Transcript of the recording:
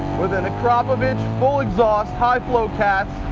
with an akrapovic full exhaust, high flow cast.